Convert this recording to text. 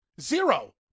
Zero